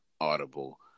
audible